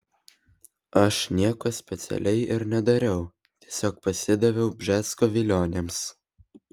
aš nieko specialiai ir nedariau tiesiog pasidaviau bžesko vilionėms